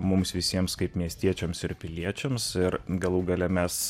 mums visiems kaip miestiečiams ir piliečiams ir galų gale mes